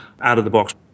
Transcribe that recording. out-of-the-box